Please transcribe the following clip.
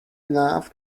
enough